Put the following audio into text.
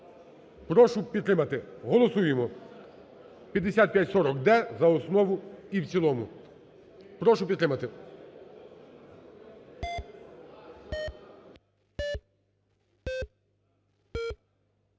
Прошу підтримати. Голосуємо 5540-д за основу і в цілому. Прошу підтримати.